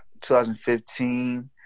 2015